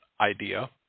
idea